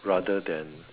rather than